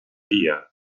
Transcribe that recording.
día